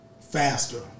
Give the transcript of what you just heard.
faster